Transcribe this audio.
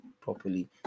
properly